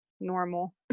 normal